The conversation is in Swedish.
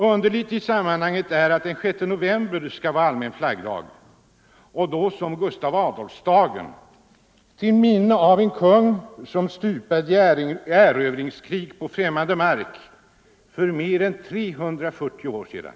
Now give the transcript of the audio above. Underligt i sammanhanget är att den 6 november skall vara allmän flaggdag - som Gustav Adolfsdagen, till minne av en kung som stupade i erövringskrig på främmande mark för mer än 340 år sedan.